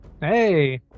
Hey